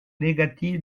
négatif